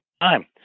time